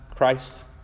Christ